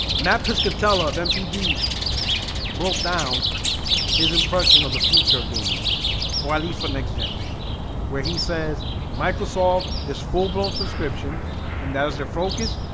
matt piscatella of mpd broke down his impression of the future of gaming or at least for next gen where he says microsoft is full-blown subscription and that is their focus.